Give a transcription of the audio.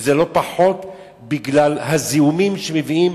וזה לא פחות בגלל הזיהומים שמביאים